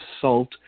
salt